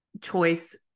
choice